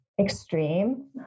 extreme